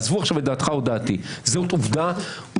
עזוב עכשיו את דעתך או דעתי, זאת עובדה קיימת.